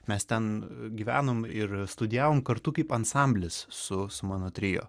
mes ten gyvenom ir studijavom kartu kaip ansamblis su mano trio